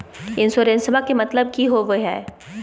इंसोरेंसेबा के मतलब की होवे है?